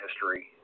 history